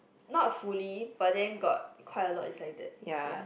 not fully but then got quite a lot is like that ya